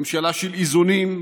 ממשלה של איזונים,